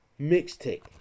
mixtape